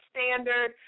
Standard